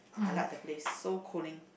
I like the place so cooling